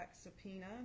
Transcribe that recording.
subpoena